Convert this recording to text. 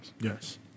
Yes